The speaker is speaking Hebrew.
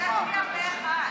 רוצה להצביע פה אחד.